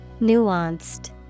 Nuanced